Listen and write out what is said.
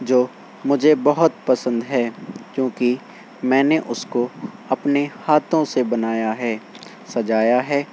جو مجھے بہت پسند ہے کیونکہ میں نے اس کو اپنے ہاتھوں سے بنایا ہے سجایا ہے